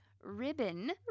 ribbon